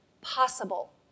possible